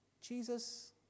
Jesus